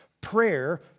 prayer